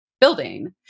building